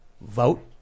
vote